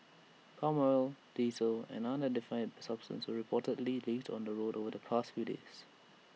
palm oil diesel and unidentified substance were reportedly leaked on the roads over the past few days